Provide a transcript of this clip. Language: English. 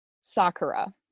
Sakura